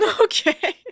Okay